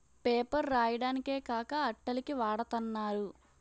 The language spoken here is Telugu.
పేపర్ రాయడానికే కాక అట్టల కి వాడతన్నారు